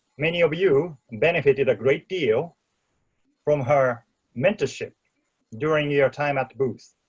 many of you benefited a great deal from her mentorship during your time at booth.